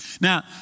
Now